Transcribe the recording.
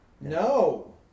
No